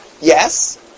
Yes